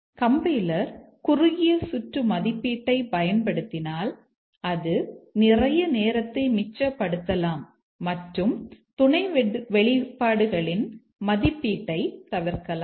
compiler குறுகிய சுற்று மதிப்பீட்டைப் பயன்படுத்தினால் அது நிறைய நேரத்தை மிச்சப்படுத்தலாம் மற்றும் துணை வெளிப்பாடுகளின் மதிப்பீட்டைத் தவிர்க்கலாம்